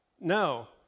No